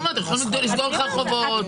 תימרור מקומית --- יכולים לסגור רחובות,